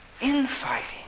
infighting